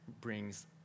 brings